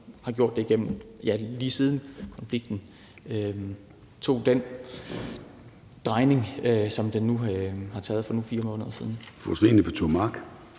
har regeringen gjort, lige siden konflikten tog den drejning, som den nu tog for nu 4 måneder siden.